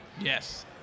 Yes